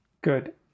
good